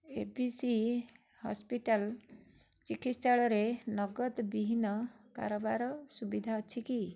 ଏ B C hospital ଚିକିତ୍ସାଳୟରେ ନଗଦବିହୀନ କାରବାର ସୁବିଧା ଅଛି କି